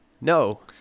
no